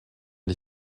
les